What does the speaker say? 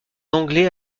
d’anglais